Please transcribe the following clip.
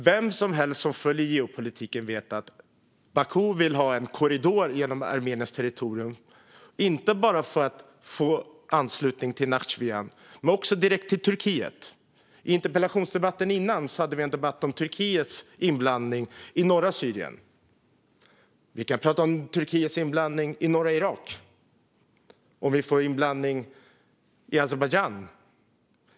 Vem som helst som följer geopolitiken vet att Baku vill ha en korridor genom armeniskt territorium, inte bara för att få anslutning till Nachitjevan igen utan också direkt till Turkiet. I den tidigare interpellationsdebatten diskuterades Turkiets inblandning i norra Syrien. Vi kan prata om Turkiets inblandning i norra Irak om vi får inblandning i Azerbajdzjan.